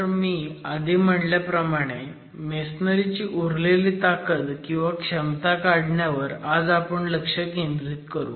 तर मी आधी म्हणल्याप्रमाणे मेसनरी ची उरलेली ताकद किंवा क्षमता काढण्यावर आज आपण लक्ष केंद्रित करू